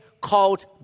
called